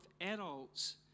adults